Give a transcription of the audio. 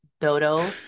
dodo